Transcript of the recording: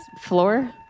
floor